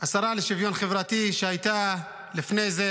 השרה לשוויון חברתי, שהייתה לפני זה